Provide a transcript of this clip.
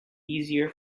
easier